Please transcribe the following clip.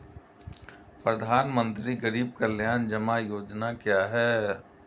प्रधानमंत्री गरीब कल्याण जमा योजना क्या है?